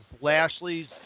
Lashley's